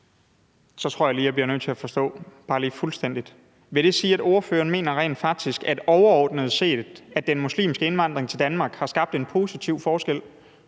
Så tror jeg lige, at jeg bliver nødt til at forstå det fuldstændig. Vil det sige, at ordføreren rent faktisk mener, at den muslimske indvandring til Danmark overordnet set har gjort en positiv forskel